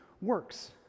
works